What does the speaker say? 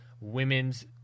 women's